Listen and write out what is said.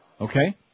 Okay